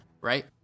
right